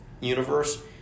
universe